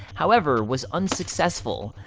however was unsuccessful.